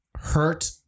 hurt